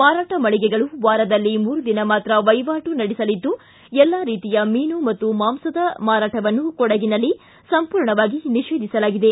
ಮಾರಾಟ ಮಳಿಗೆಗಳು ವಾರದಲ್ಲಿ ಮೂರು ದಿನ ಮಾತ್ರ ವಹಿವಾಟು ನಡೆಸಲಿದ್ದು ಎಲ್ಲಾ ರೀತಿಯ ಮೀನು ಮತ್ತು ಮಾಂಸದ ಮಾರಾಟವನ್ನು ಕೊಡಗಿನಲ್ಲಿ ಸಂಪೂರ್ಣವಾಗಿ ನಿಷೇಧಿಸಲಾಗಿದೆ